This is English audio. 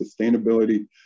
sustainability